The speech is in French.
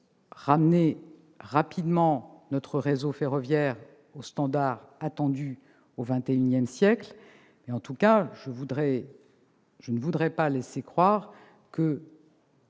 ramener rapidement notre réseau ferroviaire aux standards attendus au XXI siècle. En tout cas, je ne voudrais pas laisser croire qu'il